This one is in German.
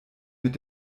mit